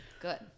Good